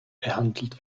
behandelt